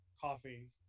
coffee